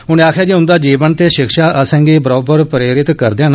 उनें आकखेआ जे उंदा जीवन ते शिक्षा असें गी बरोबर प्रेरित करदे न